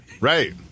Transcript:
right